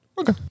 Okay